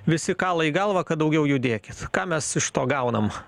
visi kala į galvą kad daugiau judėkit ką mes iš to gaunam